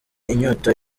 inyota